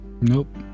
Nope